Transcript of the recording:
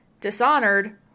Dishonored